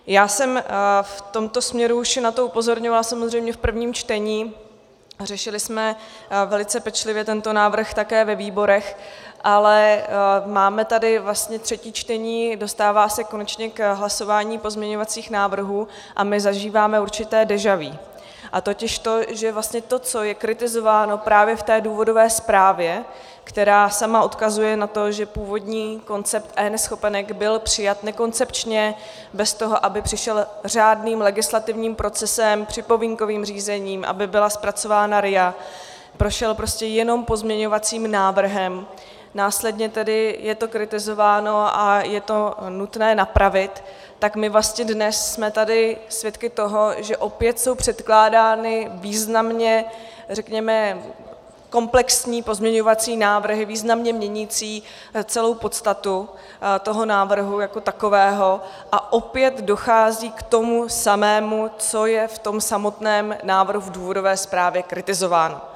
Já jsem v tomto směru už na to upozorňovala samozřejmě v prvním čtení a řešili jsme velice pečlivě tento návrh také ve výborech, ale máme tady vlastně třetí čtení, dostává se konečně k hlasování pozměňovacích návrhů a my zažíváme určité déja vu, a totiž to, že vlastně to, co je kritizováno právě v té důvodové zprávě, která sama odkazuje na to, že původní koncept eNeschopenek byl přijat nekoncepčně bez toho, aby přišel řádným legislativním procesem, připomínkovým řízením, aby byla zpracována RIA, prošel prostě jenom pozměňovacím návrhem, následně tedy je to kritizováno a je to nutné napravit, tak my vlastně dnes jsme tady svědky toho, že opět jsou předkládány významně řekněme komplexní pozměňovacími návrhy, významně měnící celou podstatu toho návrhu jako takového, a opět dochází k tomu samému, co je v tom samotném návrhu v důvodové zprávě kritizováno.